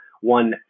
one